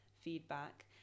feedback